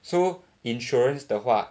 so insurance 的话